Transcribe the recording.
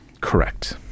correct